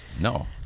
No